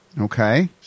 Okay